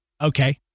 Okay